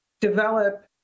develop